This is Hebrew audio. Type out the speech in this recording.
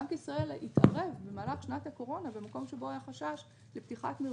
בנק ישראל התערב במהלך שנת הקורונה במקום שבו היה חשש לפתיחת מרווחים,